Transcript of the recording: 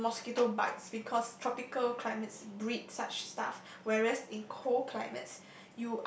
and mosquito bites because tropical climate bring such stuff whereas in cool climate